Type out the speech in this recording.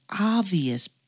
obvious